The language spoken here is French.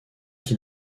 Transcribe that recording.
qui